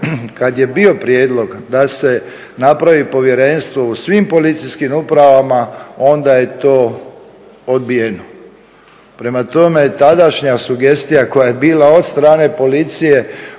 kad je bio prijedlog da se napravi povjerenstvo u svim policijskim upravama onda je to odbijeno. Prema tome, tadašnja sugestija koja je bila od strane policije